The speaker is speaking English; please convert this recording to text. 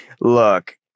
Look